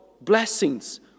blessings